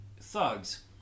thugs